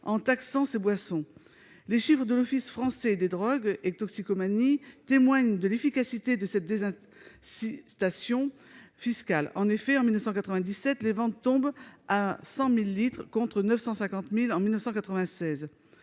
en taxant ces boissons. Les chiffres de l'office français des drogues et des toxicomanies témoignent de l'efficacité de cette désincitation fiscale : en 1997, les ventes tombent à 100 000 litres contre 950 000 en 1996.